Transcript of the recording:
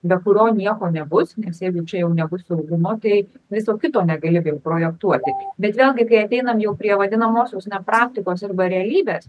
be kurio nieko nebus nes jeigu čia jau nebus saugumo tai viso kito negali jau projektuoti bet vėlgi kai ateinam jau prie vadinamosios na praktikos arba realybės